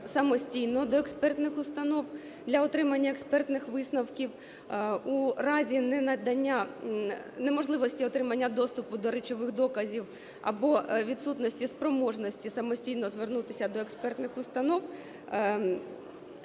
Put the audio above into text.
самостійно до експертних установ для отримання експертних висновків. У разі неможливості отримання доступу до речових доказів або відсутності спроможності самостійно звернутися до експертних установ